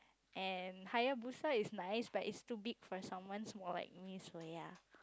and Hayabusa is nice but it's too big for someone small like me so ya